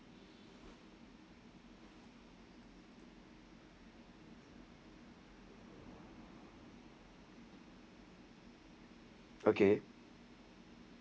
okay